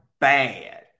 bad